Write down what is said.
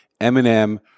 Eminem